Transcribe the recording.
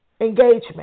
engagement